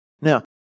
Now